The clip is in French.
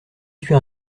tuer